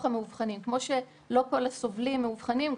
המאובחנים: כמו שלא כל הסובלים מאובחנים,